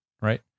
right